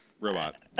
Robot